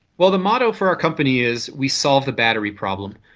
well, the motto for our company is we solve the battery problem.